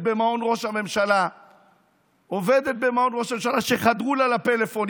במעון ראש הממשלה שחדרו לה לפלאפון.